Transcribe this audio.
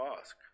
ask